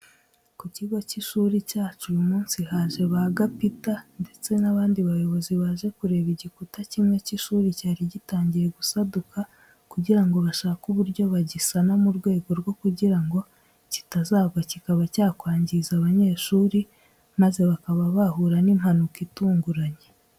Ku kigo cy'ishuri cyacu uyu munsi haje ba gapita ndetse n'abandi bayobozi baje kureba igikuta kimwe cy'ishuri cyari gitangiye gusaduka, kugira ngo bashake uburyo bagisana mu rwego rwo kugira ngo kitazagwa kikaba cyakwangiza abanyeshuri maze bakaba bahura n'impanuka itunguranye.